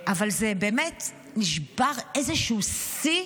אבל באמת נשבר איזשהו שיא